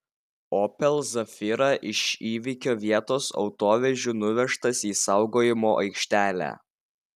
opel zafira iš įvykio vietos autovežiu nuvežtas į saugojimo aikštelę